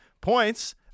points